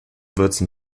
würzen